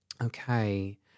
Okay